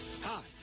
Hi